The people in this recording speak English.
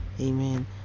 Amen